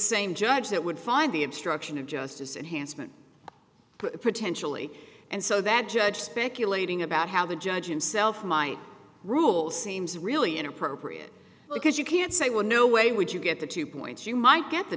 same judge that would find the obstruction of justice and handsome and potentially and so that judge speculating about how the judge in self might rule seems really inappropriate because you can't say well no way would you get the two points you might get the